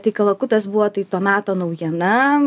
tai kalakutas buvo tai to meto naujiena